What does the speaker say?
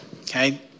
okay